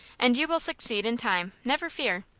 and you will succeed in time, never fear.